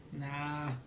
Nah